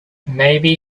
maybe